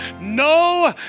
no